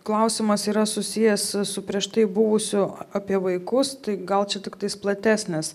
klausimas yra susijęs su prieš tai buvusiu apie vaikus tai gal čia tiktais platesnis